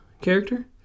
character